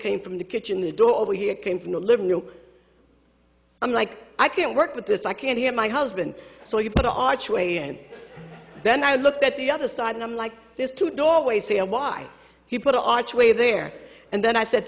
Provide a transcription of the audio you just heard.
came from the kitchen the door over here came from the living room i'm like i can't work with this i can't hear my husband so you've got to archway and then i looked at the other side and i'm like there's two doorways say why he put the archway there and then i said